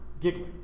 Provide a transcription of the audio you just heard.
giggling